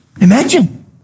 Imagine